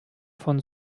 von